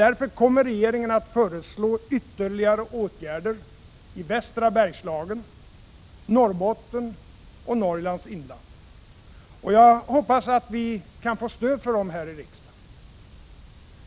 Därför kommer regeringen att föreslå ytterligare åtgärder i västra Bergslagen, Norrbotten och Norrlands inland. Jag hoppas att vi kan få stöd för dem här i riksdagen.